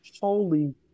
holy